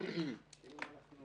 ננעלה